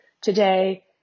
today